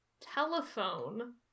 telephone